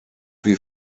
wie